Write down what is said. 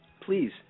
Please